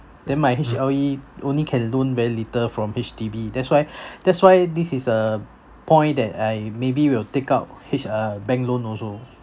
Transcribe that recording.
then my H_L_E only can loan very little from H_D_B that's why that's why this is a point that I maybe will take out H~ uh bank loan also